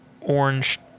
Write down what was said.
orange